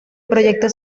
proyecto